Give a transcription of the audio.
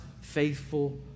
faithful